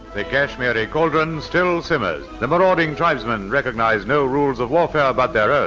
the kashmiri cauldron still simmers. the marauding tribesmen recognise no rules of warfare but but